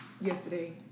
yesterday